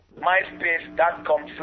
myspace.com